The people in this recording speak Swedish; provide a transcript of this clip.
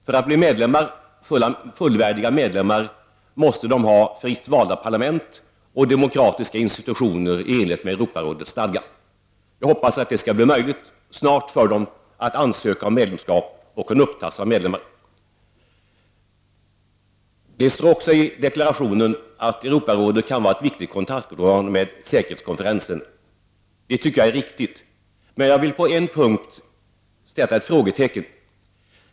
För att bli fullvärdiga medlemmar måste länderna ha fritt valda parlament och demokratiska institutioner i enlighet med Europarådets stadgar. Jag hoppas att det snart skall bli möjligt för dessa länder att ansöka om medlemskap och upptas som medlemmar. Det står även i deklarationen att Europarådet kan vara ett viktigt organ för kontakter med säkerhetskonferensen. Det tycker jag är riktigt. Men jag vill på en punkt sätta ett frågetecken.